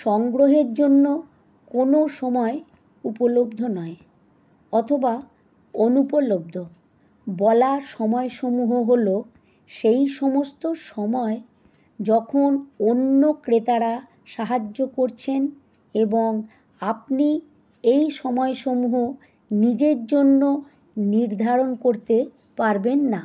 সংগ্রহের জন্য কোনো সময় উপলব্ধ নয় অথবা অনুপলব্ধ বলা সময়সমূহ হলো সেই সমস্ত সময় যখন অন্য ক্রেতারা সাহায্য করছেন এবং আপনি এই সময়সমূহ নিজের জন্য নির্ধারণ করতে পারবেন না